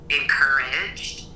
encouraged